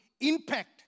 impact